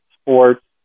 sports